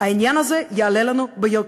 העניין הזה יעלה לנו ביוקר.